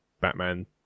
Batman